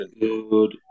Good